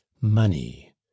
money